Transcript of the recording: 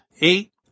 Eight